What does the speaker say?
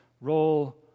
role